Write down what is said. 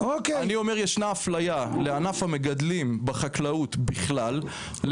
אני אומר שישנה אפליה לענף המגדלים בחקלאות בכלל,